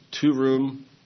Two-room